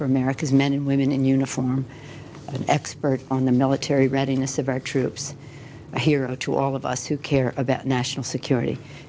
for america's men and women in uniform an expert on the military readiness of our troops a hero to all of us who care about national security